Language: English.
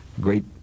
great